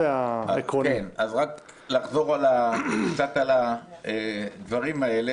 רק לחזור קצת על הדברים מתחילת הישיבה,